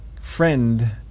friend